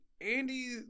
Andy